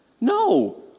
No